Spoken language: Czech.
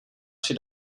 při